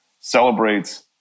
celebrates